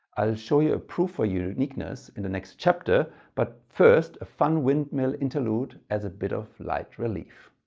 i'll show you a proof for uniqueness in the next chapter but first a fun windmill interlude as a bit of light relief.